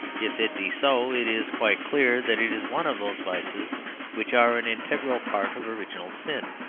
if it be so, it is quite clear that it is one of those vices which are an integral part of original sin.